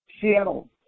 Seattle